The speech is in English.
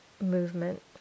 movement